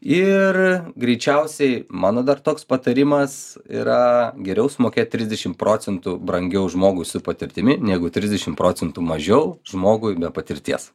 ir greičiausiai mano dar toks patarimas yra geriau sumokėt trisdešimt procentų brangiau žmogui su patirtimi negu trisdešimt procentų mažiau žmogui be patirties